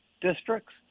districts